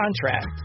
contract